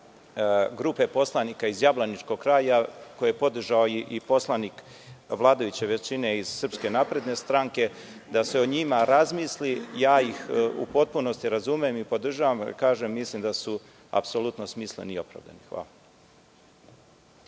grupe poslanika iz jablaničkog kraja, koje je podržao i poslanik vladajuće većine iz SNS-a, da se o njima razmisli. Ja ih u potpunosti razumem i podržavam. Kažem, mislim da su apsolutno smisleni i opravdani.